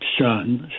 sons